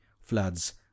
floods